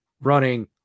running